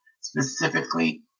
specifically